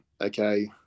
okay